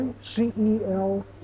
C-E-L